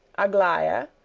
aglaia,